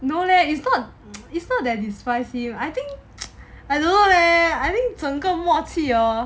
no leh it's not it's not that I despise him I think I don't know leh I think 整个默契 hor